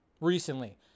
recently